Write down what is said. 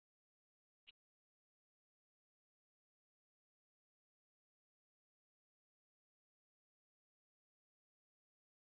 हाँ देखते हैं अब लेकिन पहले तो आप एग्रीमेंट करवा के लाइए और उसमें आप अपना भी नाम डालेंगे और आप मेरा भी नाम डालेंगे